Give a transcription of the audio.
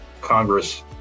Congress